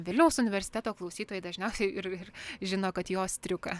vilniaus universiteto klausytojai dažniausiai ir ir žino kad jo striuka